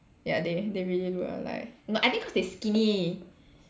ya they they really look alike no I think cause they skinny